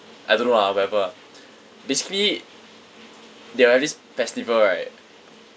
I don't know lah whatever lah basically they'll have this festival right